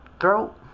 throat